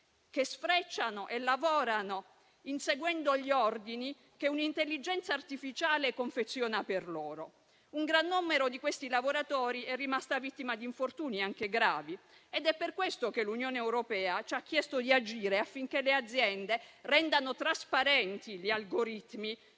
che sfrecciano e lavorano inseguendo gli ordini che un'intelligenza artificiale confeziona per loro. Un gran numero di questi lavoratori è rimasto vittima di infortuni anche gravi ed è per questo che l'Unione europea ci ha chiesto di agire affinché le aziende e le imprese rendano trasparenti gli algoritmi